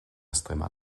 extrema